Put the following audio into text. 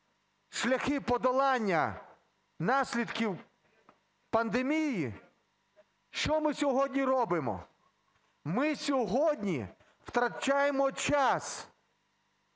шляхи подолання наслідків пандемії, що ми сьогодні робимо? Ми сьогодні втрачаємо час